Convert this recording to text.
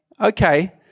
Okay